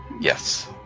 Yes